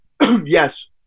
yes